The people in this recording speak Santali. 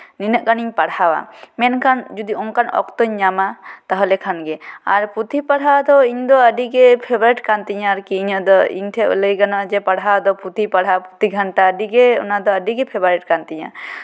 ᱱᱤᱱᱟᱹᱜ ᱜᱟᱱᱤᱧ ᱯᱟᱲᱦᱟᱣᱟ ᱢᱮᱱᱠᱷᱟᱱ ᱚᱠᱛᱚᱧ ᱧᱟᱢᱟ ᱛᱟᱦᱞᱮ ᱠᱷᱟᱱᱜᱮ ᱟᱨ ᱯᱩᱸᱛᱷᱤ ᱯᱟᱲᱦᱟᱣ ᱫᱚ ᱤᱧ ᱫᱚ ᱟᱹᱰᱤᱜᱮ ᱯᱷᱮᱵᱟᱨᱤᱴ ᱠᱟᱱ ᱛᱤᱧᱟ ᱟᱨᱠᱤ ᱤᱧᱟᱹᱜ ᱫᱚ ᱤᱧ ᱴᱷᱮᱡ ᱞᱟᱹᱭ ᱜᱟᱱᱚᱜᱼᱟ ᱡᱮ ᱯᱟᱲᱦᱟᱣ ᱫᱚ ᱯᱩᱸᱛᱷᱤ ᱯᱟᱲᱦᱟᱣ ᱯᱩᱸᱛᱷᱤ ᱜᱷᱟᱱᱴᱟ ᱟᱹᱰᱤᱜᱮ ᱚᱱᱟ ᱫᱚ ᱯᱷᱮᱵᱟᱨᱤᱴ ᱠᱟᱱ ᱛᱤᱧᱟᱹ